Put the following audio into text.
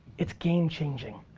it's game-changing.